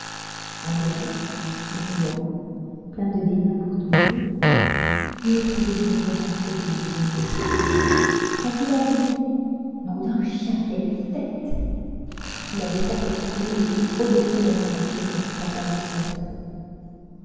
hâbleur bruyant plein de dédain pour tout le monde il méprisait l'univers entier du haut de son ignorance quand il avait dit nom d'un chien quelle fête il avait certes exprimé le plus haut degré d'admiration dont fût capable son esprit